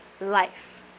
life